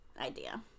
idea